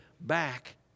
back